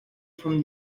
from